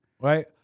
Right